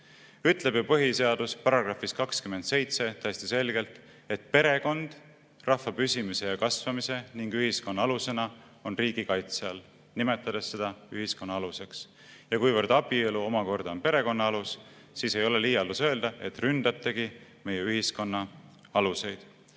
Ütleb ju põhiseadus §‑s 27 täiesti selgelt, et perekond rahva püsimise ja kasvamise ning ühiskonna alusena on riigi kaitse all, nimetades seda ühiskonna aluseks. Ja kuivõrd abielu omakorda on perekonna alus, siis ei ole liialdus öelda, et te ründategi meie ühiskonna aluseid.